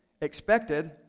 expected